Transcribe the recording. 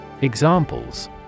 Examples